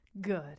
Good